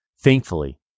Thankfully